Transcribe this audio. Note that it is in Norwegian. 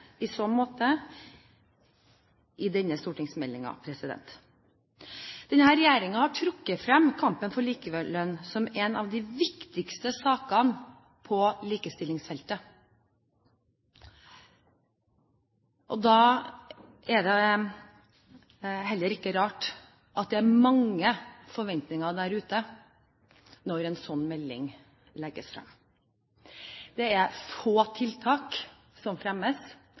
i så måte i denne stortingsmeldingen. Denne regjeringen har trukket frem kampen for likelønn som en av de viktigste sakene på likestillingsfeltet, og da er det heller ikke rart at det er mange forventninger der ute når en slik melding legges frem. Det er få tiltak som fremmes.